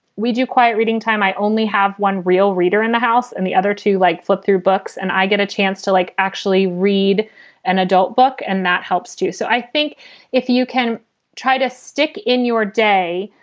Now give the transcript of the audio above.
we do quiet reading time. i only have one real reader in the house and the other two like flip through books and i get a chance to like actually read an adult book and that helps too so i think if you can try to stick in your day,